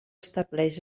establix